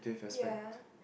ya